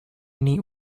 neat